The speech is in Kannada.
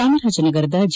ಚಾಮರಾಜನಗರದ ಜೆ